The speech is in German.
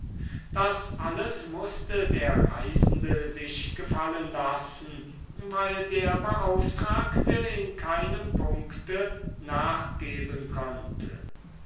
das alles mußte der reisende sich gefallen lassen weil der beauftragte in keinem punkte nachgeben konnte